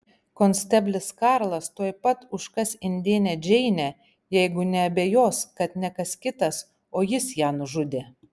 konsteblis karlas tuoj pat užkas indėnę džeinę jeigu neabejos kad ne kas kitas o jis ją nužudė